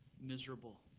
miserable